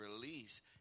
release